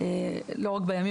לא רק בימים,